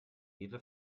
edle